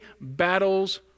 battles